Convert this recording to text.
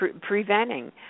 preventing